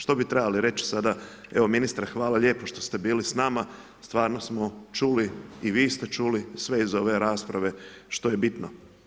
Što bi trebali reći sada, evo ministre hvala lijepo što ste bili s nama, stvarno smo čuli i vi ste čuli sve iz ove rasprave što je bitno.